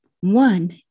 one